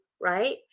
right